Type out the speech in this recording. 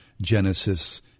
genesis